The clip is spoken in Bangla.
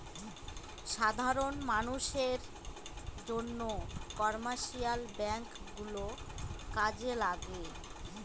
সাধারন মানষের জন্য কমার্শিয়াল ব্যাঙ্ক গুলো কাজে লাগে